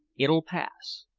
it'll pass.